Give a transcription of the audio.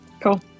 Cool